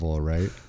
right